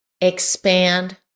expand